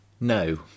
No